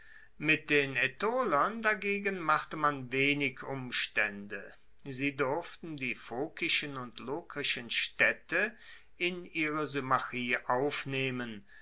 mit den aetolern dagegen machte man wenig umstaende sie durften die phokischen und lokrischen staedte in ihre symmachie aufnehmen